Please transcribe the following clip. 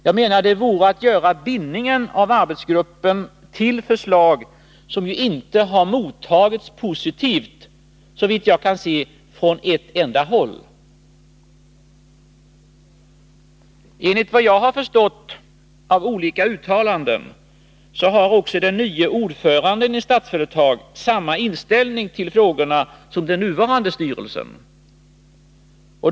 Jag menar att det vore att binda upp arbetsgruppen till förslag som såvitt jag kan se inte har mottagits positivt från ett enda håll. Efter vad jag har förstått av olika uttalanden har också den nye ordföranden i Statsföretag AB samma inställning till frågorna som den nuvarande styrelsen.